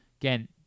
Again